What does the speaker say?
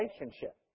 relationship